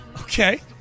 Okay